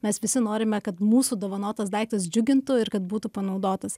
mes visi norime kad mūsų dovanotas daiktas džiugintų ir kad būtų panaudotas